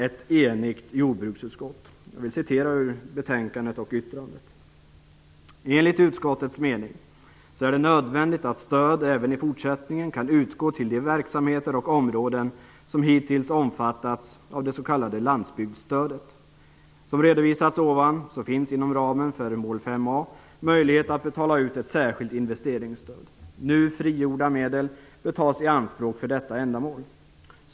Ett enigt jordbruksutskott skriver följande: "Enligt utskottets mening är det nödvändigt att stöd även i fortsättningen kan utgå till de verksamheter och områden som hittills omfattats av det s.k. landsbygdsstödet. Som redovisats ovan finns inom ramen för mål 5a möjlighet att betala ut ett särskilt investeringsstöd. Nu frigjorda medel bör tas i anspråk för detta ändamål.